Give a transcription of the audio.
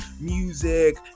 music